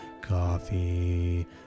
coffee